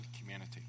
community